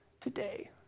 today